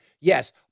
Yes